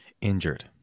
Injured